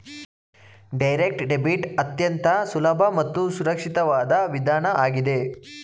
direct debit ಅತ್ಯಂತ ಸುಲಭ ಮತ್ತು ಸುರಕ್ಷಿತವಾದ ವಿಧಾನ ಆಗಿದೆ